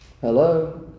Hello